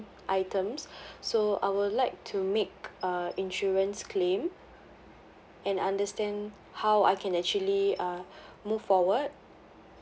items so I would like to make uh insurance claim and understand how I can actually uh move forward